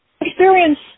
experience